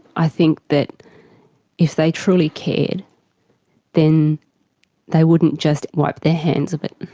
i think that if they truly cared then they wouldn't just wipe their hands of it.